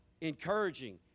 encouraging